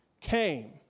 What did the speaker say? came